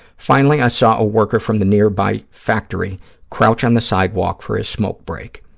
finally, i saw a worker from the nearby factory crouch on the sidewalk for his smoke break.